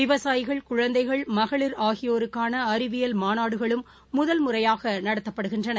விவசாயிகள் குழந்தைகள் மகளிர் ஆகியோருக்காள அறிவியல் மாநாடுகளும் முதல் முறையாக நடத்தப்படுகிறது